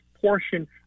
portion